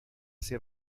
ser